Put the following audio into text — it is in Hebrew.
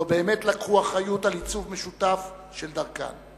לא באמת לקחו אחריות על עיצוב משותף של דרכן,